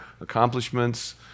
accomplishments